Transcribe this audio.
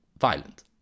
violent